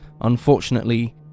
unfortunately